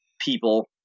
people